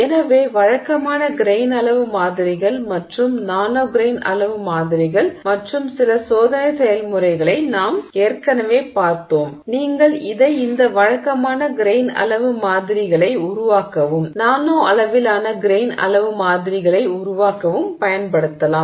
எனவே வழக்கமான கிரெய்ன் அளவு மாதிரிகள் மற்றும் நானோ கிரெய்ன் அளவு மாதிரிகள் மற்றும் சில சோதனை செயல்முறைகளை நாம் ஏற்கனவே பார்த்தோம் நீங்கள் இதை இந்த வழக்கமான கிரெய்ன் அளவு மாதிரிகளை உருவாக்கவும் நானோ அளவிலான கிரெய்ன் அளவு மாதிரிகளை உருவாக்கவும் பயன்படுத்தலாம்